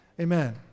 Amen